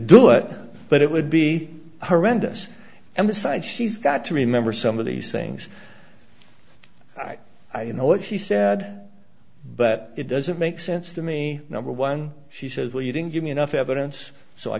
do it but it would be horrendous and besides she's got to remember some of these things i know what she said but it doesn't make sense to me number one she says well you didn't give me enough evidence so i